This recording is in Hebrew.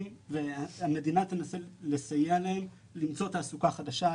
והמדינה תנסה לסייע להן למצוא תעסוקה חדשה,